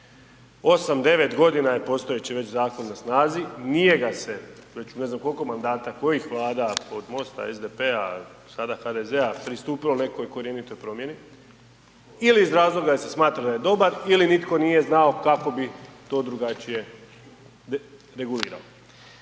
8-9.g. je postojeći već zakon na snazi, nije ga se već ne znam kolko mandata kojih Vlada, od Most-a, SDP-a, sada HDZ-a pristupilo nekoj korjenitoj promjeni ili iz razloga jer se smatra da je dobar ili nitko nije znao kako bi to drugačije regulirao.